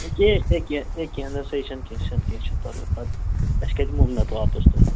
A کیٚنٛہہ کیٚنٛہہ کیٚنٛہہ نسا چھُ نہٕ کیٚنٛہہ چھُ نہٕ کیٚنٛہہ چھُ نہٕ پرواے پتہٕ أسۍ کتہِ مونٛگ نتہٕ واپس تۄہہِ